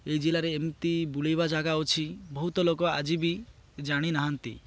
ଏଇ ଜିଲ୍ଲାରେ ଏମିତି ବୁଲାଇବା ଜାଗା ଅଛି ବହୁତ ଲୋକ ଆଜି ବି ଜାଣିନାହାନ୍ତି